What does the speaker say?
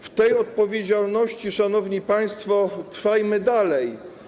W poczuciu tej odpowiedzialności, szanowni państwo, trwajmy dalej.